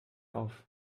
auf